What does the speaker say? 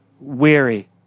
weary